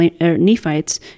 Nephites